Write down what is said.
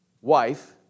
wife